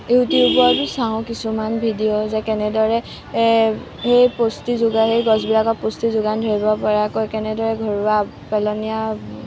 ইউটিউবতো চাওঁ কিছুমান ভিডিও যে কেনেদৰে সেই পুষ্টি যোগাই সেই গছবিলাকক পুষ্টি যোগান ধৰিব পৰাকৈ কেনেদৰে ঘৰুৱা পেলনীয়া